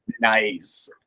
Nice